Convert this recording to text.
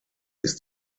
ist